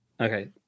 Okay